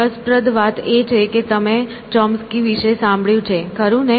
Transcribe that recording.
રસપ્રદ વાત એ છે કે તમે ચોમ્સ્કી વિશે સાંભળ્યું છે ખરું ને